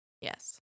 Yes